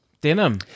denim